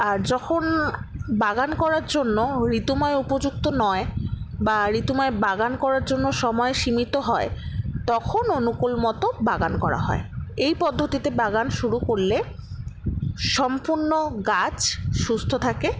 আর যখন বাগান করার জন্য ঋতুময় উপযুক্ত নয় বা ঋতুময় বাগান করার জন্য সময় সীমিত হয় তখন অনুকূল মতো বাগান করা হয় এই পদ্ধতিতে বাগান শুরু করলে সম্পূর্ণ গাছ সুস্থ থাকে